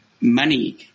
money